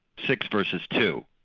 six versus two,